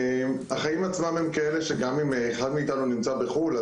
החיים עצמם הם כאלה שגם אם אחד מאתנו נמצא בחו"ל,